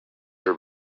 are